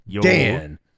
Dan